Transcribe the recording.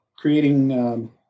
creating